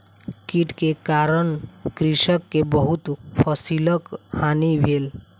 कीट के कारण कृषक के बहुत फसिलक हानि भेल